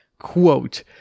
Quote